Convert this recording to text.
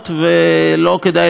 לא כדאי להקשיב לי,